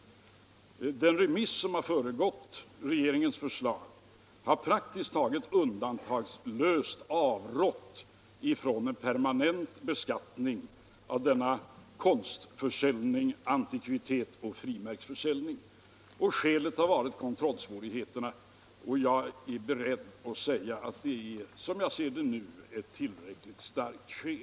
Under den remissbehandling som föregått regeringens förslag har man praktiskt taget undantagslöst avrått från en permanent beskattning vid försäljning av konst, antikviteter och frimärken. Skälet har varit kontrollsvårigheterna, och jag är beredd att säga att det är, som jag ser det nu, ett tillräckligt starkt skäl.